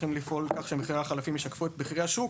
צריכים לפעול כך שמחירי החלפים ישקפו את מחירי השוק